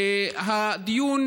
הדיון,